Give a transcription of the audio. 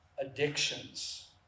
addictions